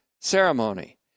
ceremony